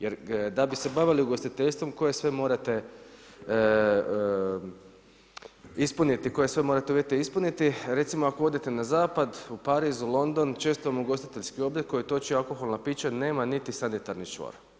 Jer da bi se bavili ugostiteljstvom koje sve morate ispuniti, koje sve uvjete morate ispuniti, recimo ako odete na zapad u Pariz, London, često vam ugostiteljski objekt koji toči alkoholna pića nema niti sanitarni čvor.